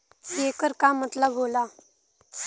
येकर का मतलब होला?